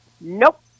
nope